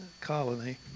colony